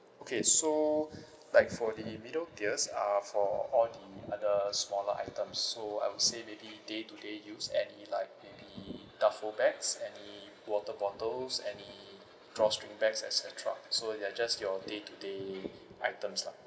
okay so like for the middle tiers are for all the other smaller item so I would say maybe day to day use any like maybe duffel bags any water bottles any drawstring bags et cetera so they are just your day to day items lah